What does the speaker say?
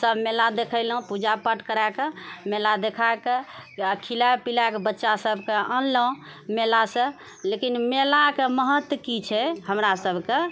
सभ मेला देखेलहुँ पूजा पाठ करिकऽ मेला देखा कऽ खिलाए पिलैाए कऽ बच्चा सभकेँ आनलहुँ मेलासँ लेकिन मेला कऽ महत्व की छै हमरा सभकेँ